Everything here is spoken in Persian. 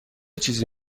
چیزی